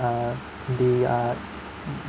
uh they are